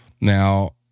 Now